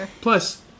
Plus